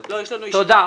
תודה.